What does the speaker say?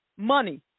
Money